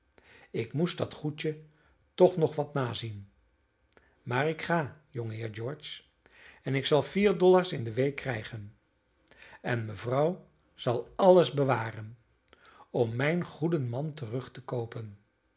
ik moest dat goedje toch nog wat nazien maar ik ga jongeheer george en ik zal vier dollars in de week krijgen en mevrouw zal alles bewaren om mijn goeden man terug te koopen